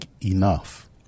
enough